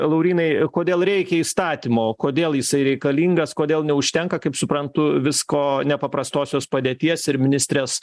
laurynai kodėl reikia įstatymo kodėl jisai reikalingas kodėl neužtenka kaip suprantu visko nepaprastosios padėties ir ministrės